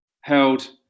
held